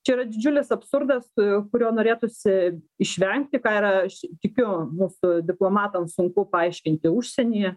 čia yra didžiulis absurdas kurio norėtųsi išvengti ką ir aš tikiu mūsų diplomatams sunku paaiškinti užsienyje